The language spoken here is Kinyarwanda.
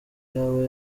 yaba